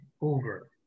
over